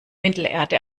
mittelerde